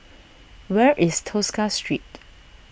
where is Tosca Street